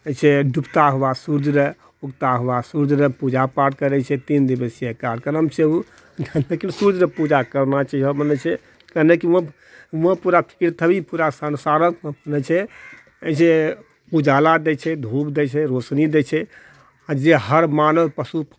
डूबता हुआ सूर्यरऽ उगता हुआ सूर्यरऽ पूजा पाठ करै छै तीन दिवसीय कार्यक्रम छै ओ लेकिन सूर्यके पूजा करना चाहिअ मने छै कने कि ओ ओ पूरा पृथ्वी पूरा सन्सारऽके जे छै जे उजाला दै छै धूप दै छै रोशनी दै छै जे हर मानव पशु